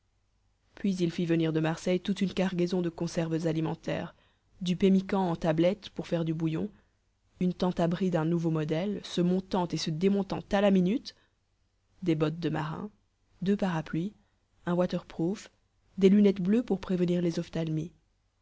puis il fit venir de marseille toute une cargaison de conserves alimentaires du pemmican en tablettes pour faire du bouillon une tente abri d'un nouveau modèle se montant et se démontant à la minute des bottes de marin deux parapluies un waterproof des lunettes bleues pour prévenir les ophtalmies